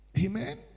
amen